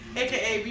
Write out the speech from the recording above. aka